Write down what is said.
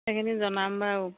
সেইখিনি জনাম বাৰু